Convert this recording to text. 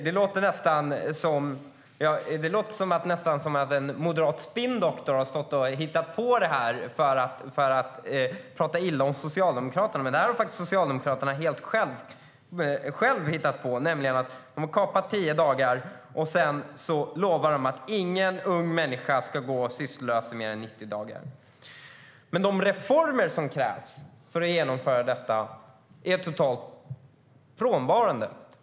Det låter nästan som att en moderat spinndoktor har stått och hittat på det här för att prata illa om Socialdemokraterna. Men Socialdemokraterna har faktiskt hittat på det helt själva. De har kapat tio dagar. De lovar att ingen ung människa ska gå sysslolös i mer än 90 dagar. Men de reformer som krävs för att genomföra detta är totalt frånvarande.